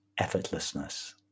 effortlessness